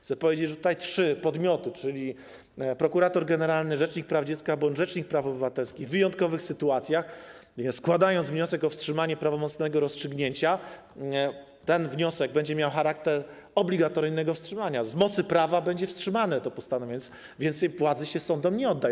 Chcę powiedzieć, że jeśli chodzi o te trzy podmioty, czyli prokuratora generalnego, rzecznika praw dziecka bądź rzecznika praw obywatelskich, w wyjątkowych sytuacjach, składając wniosek o wstrzymanie prawomocnego rozstrzygnięcia, ten wniosek będzie miał charakter obligatoryjnego wstrzymania, z mocy prawa będzie wstrzymane to postanowienie, więc więcej władzy się sądom nie oddaje.